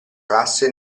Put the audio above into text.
classe